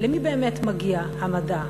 למי באמת מגיע המדע